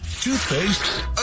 toothpaste